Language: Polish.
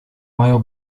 mają